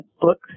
books